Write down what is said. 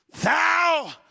thou